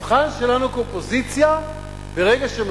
המבחן שלנו כאופוזיציה ברגע של משבר,